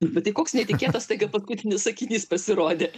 bet tai koks netikėtas staiga paskutinis sakinys pasirodė